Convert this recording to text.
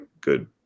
good